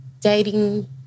dating